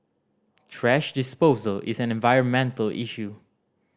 thrash disposal is an environmental issue